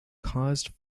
caused